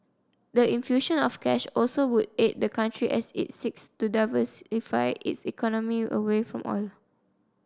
the infusion of cash also would aid the country as it seeks to diversify its economy away from oil